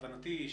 הבנתי,